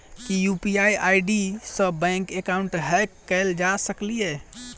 की UPI ID सऽ bank account hack कैल जा सकलिये?